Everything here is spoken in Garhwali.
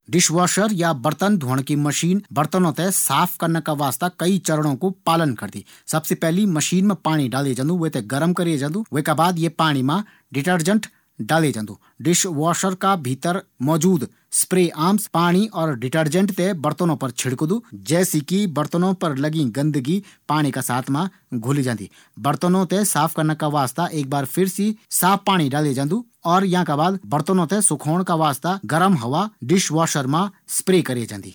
डिशवॉशर या बर्तन धोण की मशीन बर्तन धोण का वास्ता कई चरणों कू पालन करदी। सबसे पैली मशीन मा पाणी डालिक गर्म करै जांदू। फिर वै मा डिटेर्जेंट मिलाये जांदू। मशीन का भीतर मौजूद स्प्रेआर्म डिटर्जेंट और पाणी थें बर्तनों पर छिड़कदू। जै से बर्तनों पर लगी गंदगी पाणी का साथ बगी जांदी। बर्तनों थें साफ करना का वास्ता एक बार फिर से साफ पाणी डाले जांदू। और यांका बाद बर्तनों थें सुखोण का वास्ता गर्म हवा डिशवॉशर मा स्प्रे करी जांदी।